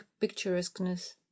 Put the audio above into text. picturesqueness